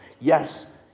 Yes